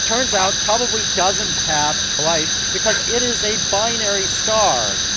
turns out, probably doesn't have life because it is a binary star.